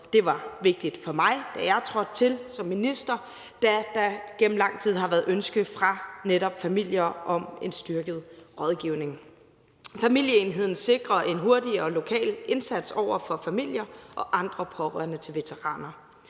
Det var vigtigt for mig, da jeg trådte til som minister, da der igennem lang tid har været ønske fra netop familier om en styrket rådgivning. Familieenheden sikrer en hurtig og lokal indsats over for familier og andre pårørende til veteraner.